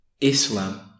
Islam